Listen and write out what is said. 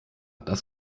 das